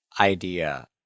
idea